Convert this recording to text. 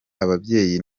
ababyeyi